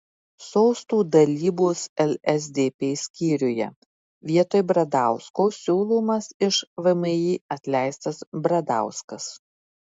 sostų dalybos lsdp skyriuje vietoj bradausko siūlomas iš vmi atleistas bradauskas